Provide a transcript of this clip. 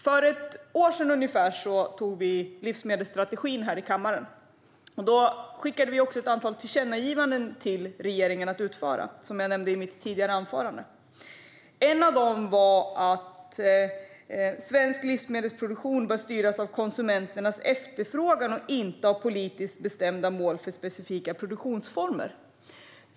För ungefär ett år sedan antog vi livsmedelsstrategin här i kammaren. Då skickade vi också ett antal tillkännagivanden till regeringen, som jag nämnde i mitt tidigare anförande. Ett av dem var att svensk livsmedelsproduktion bör styras av konsumenternas efterfrågan och inte av politiskt bestämda mål för specifika produktionsformer.